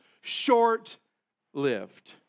short-lived